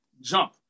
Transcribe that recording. jump